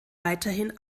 weiterhin